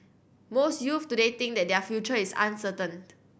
most youths today think that their future is uncertain